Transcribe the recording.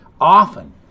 often